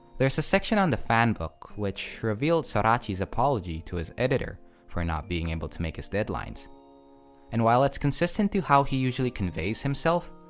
there's a section on the fanbook which revealed sorachi's apology to his editor for not being able to make his deadlines and while it's consistent to how he usually conveys himself,